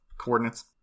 Coordinates